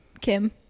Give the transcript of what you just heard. Kim